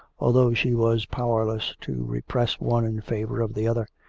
although she was powerless to repress one in favour of the other.